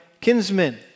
kinsmen